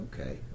okay